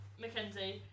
Mackenzie